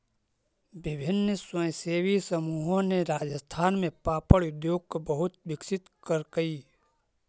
विभिन्न स्वयंसेवी समूहों ने राजस्थान में पापड़ उद्योग को बहुत विकसित करकई